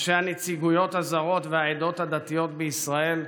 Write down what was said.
ראשי הנציגויות הזרות והעדות הדתיות בישראל,